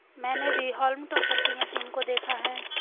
मैंने भी हॉल्म टॉपर की मशीन को देखा है